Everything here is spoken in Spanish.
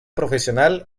profesional